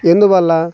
ఎందువల్ల